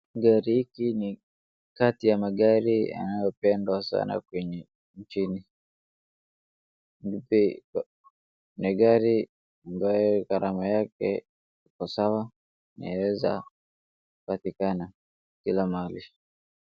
Gari hiki ni kati ya magari yanayopendwa sana kwenye nchini. Ni, ni gari ambayo garama yake iko sawa, inaeza patikana kila mahali.